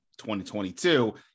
2022